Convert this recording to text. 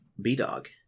B-Dog